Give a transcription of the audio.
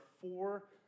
four